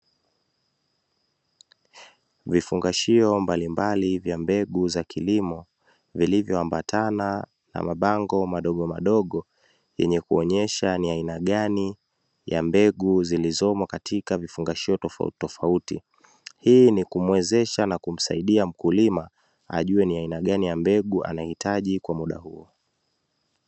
Vifungashio mbalimbali vya mbegu ya kilimo vilvyoambatana na mabango madogomadogo, yenye kuonesha ni aina gani ya mbegu zilizomo katika vifungashio tofauti tofauti, hii ni kumuwezesha na kumsaidia mkulima ajue ni aina gani ya mbegu anahitaji kwa muda huo.